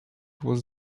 was